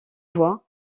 voit